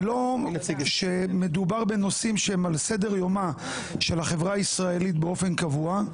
ולא מדובר בנושאים שהם על סדר יומה של החברה הישראלית באופן קבוע.